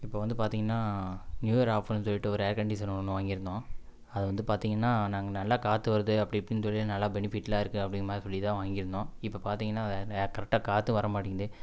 இப்போ வந்து பாத்தீங்கன்னா நியூஇயர் ஆஃபர்னு சொல்லிட்டு ஒரு ஏர் கண்டீஷன் ஒன்று வாங்கிருந்தோம் அது வந்து பாத்தீங்கன்னா நாங்கள் நல்லா காற்று வருது அப்படி இப்படின்னு சொல்லி நல்லா பெனிஃபிட்லாம் இருக்குது அப்படிங்கிற மாதிரி சொல்லி தான் வாங்கிருந்தோம் இப்போ பார்த்தீங்கன்னா கரெக்டாக காற்றும் வர மாட்டிங்குது